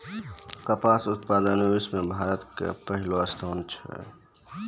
कपास उत्पादन मॅ विश्व मॅ भारत के स्थान पहलो छै